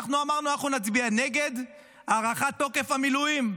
אנחנו אמרנו: אנחנו נצביע נגד הארכת תוקף למילואים.